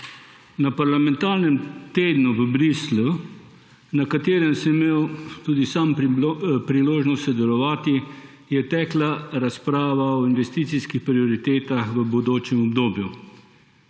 Na parlamentarnem tednu v Bruslju, na katerem sem imel tudi sam priložnost sodelovati, je tekla razprava o investicijskih prioritetah v bodočem obdobju.